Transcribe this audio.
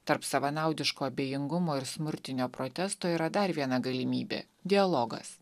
tarp savanaudiško abejingumo ir smurtinio protesto yra dar viena galimybė dialogas